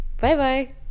Bye-bye